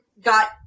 got